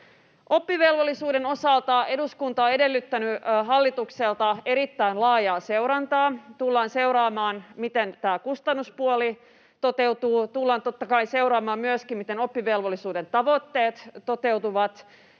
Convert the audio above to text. Oppivelvollisuuden osalta eduskunta on edellyttänyt hallitukselta erittäin laajaa seurantaa. Tullaan seuraamaan, miten tämä kustannuspuoli toteutuu. Tullaan totta kai seuraamaan myöskin, miten oppivelvollisuuden tavoitteet toteutuvat,